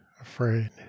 afraid